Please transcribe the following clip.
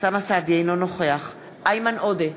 אינו נוכח איימן עודה,